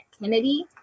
Kennedy